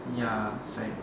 ya is like